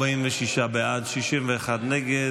46 בעד, 61 נגד.